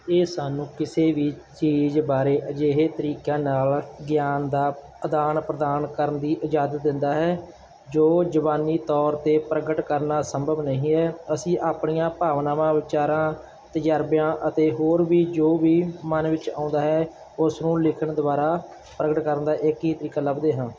ਇਹ ਸਾਨੂੰ ਕਿਸੇ ਵੀ ਚੀਜ਼ ਬਾਰੇ ਅਜਿਹੇ ਤਰੀਕਿਆਂ ਨਾਲ ਗਿਆਨ ਦਾ ਆਦਾਨ ਪ੍ਰਦਾਨ ਕਰਨ ਦੀ ਇਜਾਜ਼ਤ ਦਿੰਦਾ ਹੈ ਜੋ ਜ਼ੁਬਾਨੀ ਤੌਰ 'ਤੇ ਪ੍ਰਗਟ ਕਰਨਾ ਸੰਭਵ ਨਹੀਂ ਹੈ ਅਸੀਂ ਆਪਣੀਆਂ ਭਾਵਨਾਵਾਂ ਵਿਚਾਰਾਂ ਤਜ਼ਰਬਿਆਂ ਅਤੇ ਹੋਰ ਵੀ ਜੋ ਵੀ ਮਨ ਵਿੱਚ ਆਉਂਦਾ ਹੈ ਉਸਨੂੰ ਲਿਖਣ ਦੁਆਰਾ ਪ੍ਰਗਟ ਕਰਨ ਦਾ ਇੱਕ ਹੀ ਤਰੀਕਾ ਲੱਭਦੇ ਹਾਂ